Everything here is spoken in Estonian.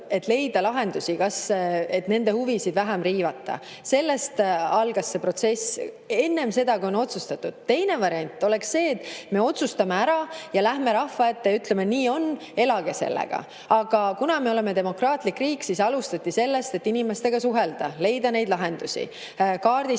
et leida lahendusi, kuidas nende huvisid vähem riivata. Sellest algas see protsess enne otsustamist. Teine variant oleks olnud see, et me otsustame ära ja lähme rahva ette ja ütleme: nii on, elage sellega! Aga kuna me oleme demokraatlik riik, siis alustati inimestega suhtlemisest, et leida neid lahendusi ja